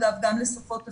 אגב גם לשפות אחרות,